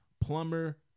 Plumber